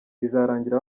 izarangira